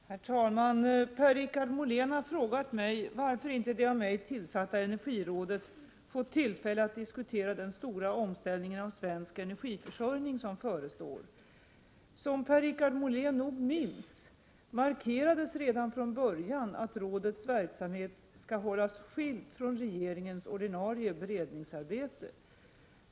FEST Herr talman! Per-Richard Molén har frågat mig varför inte det av mig - P 2 å Ä ale « dia omställning av energitillsatta energirådet fått tillfälle att diskutera den stora omställningen av RR försörjningen svensk energiförsörjning som förestår. Som Per-Richard Molén nog minns markerades redan från början att rådets verksamhet skall hållas skiljd från regeringens ordinarie beredningsarbete.